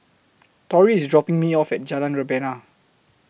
Torrey IS dropping Me off At Jalan Rebana